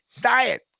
diet